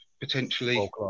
potentially